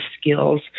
skills